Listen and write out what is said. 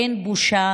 אין בושה